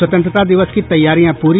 स्वतंत्रता दिवस की तैयारियां पूरी